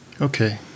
Okay